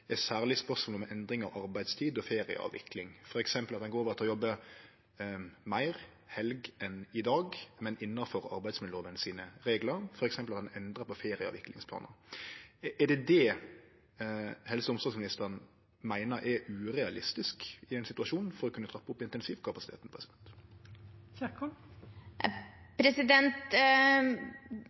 særleg spørsmål om endring av arbeidstid og ferieavvikling, f.eks. at ein går over til å jobbe meir helg enn i dag, men innanfor reglane i arbeidsmiljøloven, og f.eks. at ein endrar på ferieavviklingsplanar. Er det det helse- og omsorgsministeren meiner er urealistisk i ein situasjon for å kunne trappe opp intensivkapasiteten?